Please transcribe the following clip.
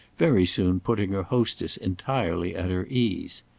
very soon putting her hostess entirely at her ease.